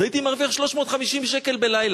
אז הייתי מרוויח 350 שקל בלילה,